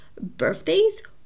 birthdays